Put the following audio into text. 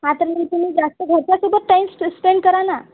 हां तर मी तुमी जास्त घरच्यासोबत टाईम स्पे स्पेंड करा ना